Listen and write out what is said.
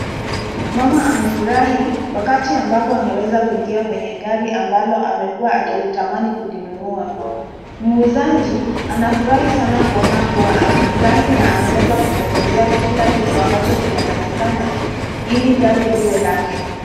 Mama amefurahi, wakati ambapo ameweza kuingia kwenye gari ambalo amekuwa akilitamini kulinunua. Muuzaji anafurahi sana kuona kuwa amefurahi na anaweza kumwelezea kila kitu ambacho kinachotakikana, ili gari liwe lake.